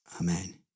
Amen